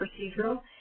procedural